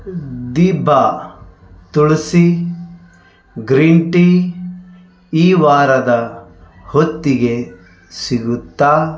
ದಿಬಾ Tulsi green tea ಈ ವಾರದ ಹೊತ್ತಿಗೆ ಸಿಗುತ್ತಾ